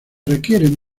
requieren